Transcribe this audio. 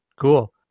Cool